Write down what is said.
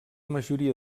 majoria